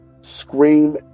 scream